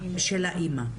האימא,